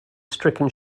stricken